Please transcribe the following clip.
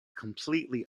completely